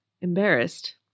Embarrassed